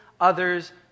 Others